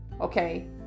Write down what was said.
Okay